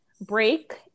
break